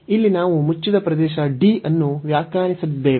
ಇಲ್ಲಿ ನಾವು ಮುಚ್ಚಿದ ಪ್ರದೇಶ ಅನ್ನು ವ್ಯಾಖ್ಯಾನಿಸಿದ್ದೇವೆ